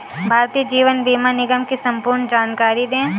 भारतीय जीवन बीमा निगम की संपूर्ण जानकारी दें?